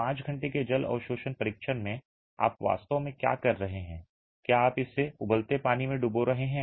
5 घंटे के जल अवशोषण परीक्षण में आप वास्तव में क्या कर रहे हैं क्या आप इसे उबलते पानी में डुबो रहे हैं